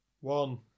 One